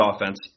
offense